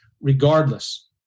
regardless